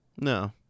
No